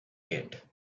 yet